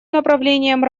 направлением